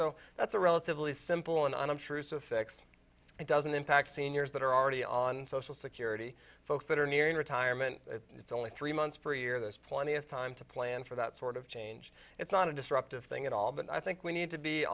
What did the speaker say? so that's a relatively simple and unobtrusive fix it doesn't impact seniors that are already on social security folks that are nearing retirement it's only three months per year there's plenty of time to plan for that sort of change it's not a disruptive thing at all but i think we need to be